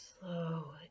slow